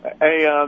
Hey